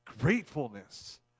gratefulness